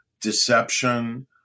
deception